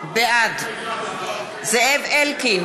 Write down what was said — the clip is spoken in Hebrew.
בעד זאב אלקין,